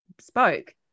spoke